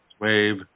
wave